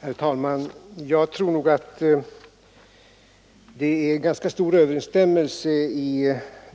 Herr talman! Jag tror nog att det är ganska stor överensstämmelse mellan